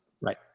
Right